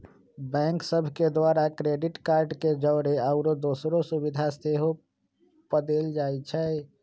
bank सभ के द्वारा क्रेडिट कार्ड के जौरे आउरो दोसरो सुभिधा सेहो पदेल जाइ छइ